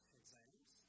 exams